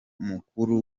mukuru